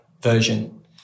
version